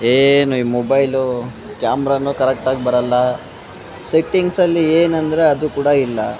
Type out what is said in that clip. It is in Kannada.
ಏನು ಮೊಬೈಲು ಕ್ಯಾಮ್ರನು ಕರೆಕ್ಟ್ ಆಗಿ ಬರೋಲ್ಲ ಸೆಟ್ಟಿಂಗ್ಸ್ ಅಲ್ಲಿ ಏನಂದರೆ ಅದು ಕೂಡ ಇಲ್ಲ